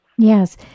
Yes